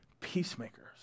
peacemakers